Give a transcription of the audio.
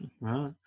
right